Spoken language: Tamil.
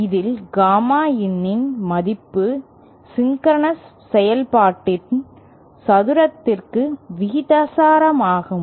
இதில் காமா இன்னின் மதிப்பு சின்கரனஸ் செயல்பாட்டின் சதுரத்திற்கு விகிதாசாரமாகும்